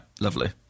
Lovely